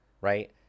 right